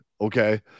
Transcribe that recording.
Okay